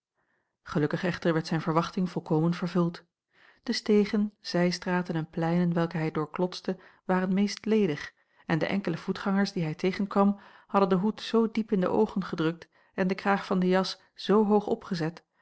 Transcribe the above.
gelukkig echter werd zijn verwachting volkomen vervuld de stegen zij straten en pleinen welke hij doorklotste waren meest ledig en de enkele voetgangers die hij tegenkwam hadden den hoed zoo diep in de oogen gedrukt en de kraag van de jas zoo hoog opgezet